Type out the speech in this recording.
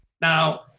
Now